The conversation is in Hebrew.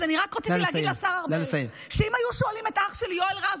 אז אני רק רציתי להגיד לשר ארבל שאם היו שואלים את אח שלי יואל רז,